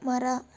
ಮರ